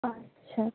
আচ্ছা